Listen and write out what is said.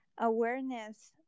awareness